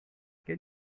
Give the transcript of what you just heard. can